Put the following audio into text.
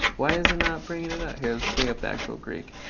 why is it not bringing it up? here, let's bring up the actual greek.